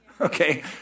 okay